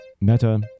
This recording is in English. Meta